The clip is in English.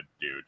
dude